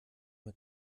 mit